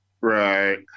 Right